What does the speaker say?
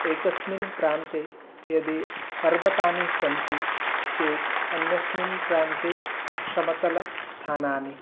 एकस्मिन् प्रान्ते यदि पर्वताः सन्ति चेत् अन्यस्मिन् प्रान्ते समतलस्थानानि